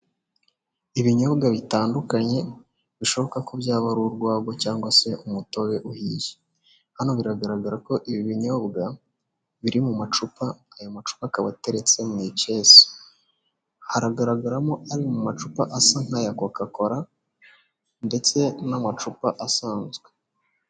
Ibinyobwa bitandukanye bishoboka ko byaba ari urwagwa cyangwa se umutobe uhiye. Hano biragaragara ko ibi binyobwa biri mu macupa, aya macupa akaba ateretse mu ikese. Haragaragaramo ari mu macupa asa nk'aya koka kola ndetse n'amacupa asanzwe.